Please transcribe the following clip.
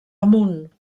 amunt